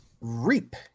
Reap